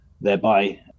Thereby